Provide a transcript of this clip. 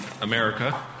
america